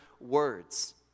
words